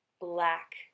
black